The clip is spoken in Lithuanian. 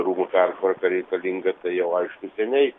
rūmų pertvarka reikalinga tai jau aišku seniai